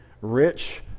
rich